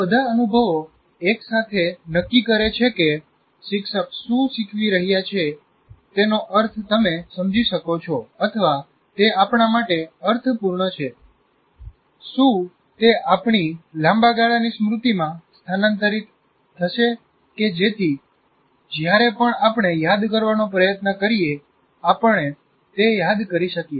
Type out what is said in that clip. આ બધા અનુભવો એકસાથે નક્કી કરે છે કે તમે જે પણ શબ્દ વાપરવા માંગો શિક્ષક શું શીખવી રહ્યા છે તેનો અર્થ તમે સમજી શકો છો અથવા તે આપણા માટે અર્થપૂર્ણ છે શું તે આપણી લાંબા ગાળાની સ્મૃતિમાં સ્થાનાંતરિત થશે કે જેથી જ્યારે પણ આપણે યાદ કરવાનો પ્રયન્ત કરીએ આપણે તે યાદ કરી શકીએ